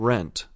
Rent